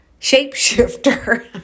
shapeshifter